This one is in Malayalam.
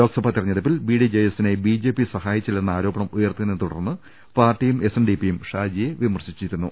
ലോക്സഭാ തെരഞ്ഞെടുപ്പിൽ ബിഡിജെഎസിനെ ബിജെപി സഹായിച്ചില്ലെന്ന ആരോപണം ഉയർത്തിയതിനെ തുടർന്ന് പാർട്ടിയും എസ്എൻഡി പിയും ഷാജിയെ വിമർശിച്ചിരുന്നു